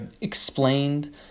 explained